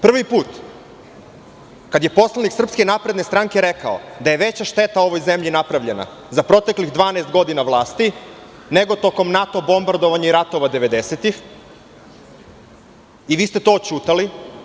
Prvi put kada je poslanik SNS rekao da je veća šteta ovoj zemlji napravljena za proteklih 12 godina vlasti nego tokom NATO bombardovanja i rata 90-tih i vi ste to odćutali.